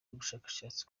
bushakashatsi